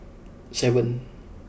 seven